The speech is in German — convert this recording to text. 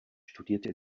studierte